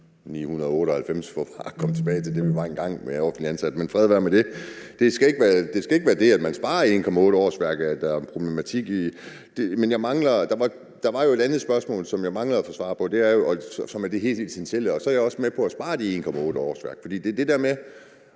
for bare at komme tilbage til det, der var engang i forhold til offentligt ansatte, men fred være med det. Det skal ikke være det, at man sparer i 1,8 årsværk, der er problematikken i det. Men der var et andet spørgsmål, som jeg mangler at få svar på, og som handler om det helt essentielle. Jeg er helt med på at spare 1,8 årsværk, men så er der det her med,